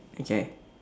okay